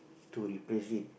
to replace it